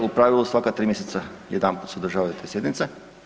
U pravilu svaka tri mjeseca jedanput se održavaju te sjednice.